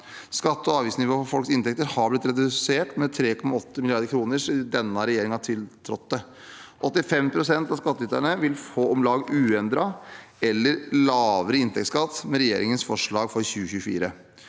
Skatte- og avgiftsnivået for folks inntekter har blitt redusert med 3,8 mrd. kr siden denne regjeringen tiltrådte. 85 pst. av skattyterne vil få om lag uendret eller lavere inntektsskatt med regjeringens forslag for 2024.